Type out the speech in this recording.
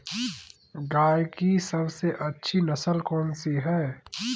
गाय की सबसे अच्छी नस्ल कौनसी है?